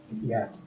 Yes